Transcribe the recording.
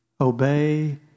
Obey